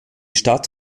stadt